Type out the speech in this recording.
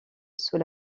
sous